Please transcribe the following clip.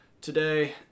today